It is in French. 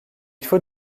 faut